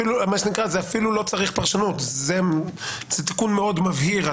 זה אפילו לא צריך פרשנות, זה תיקון מאוד מבהיר.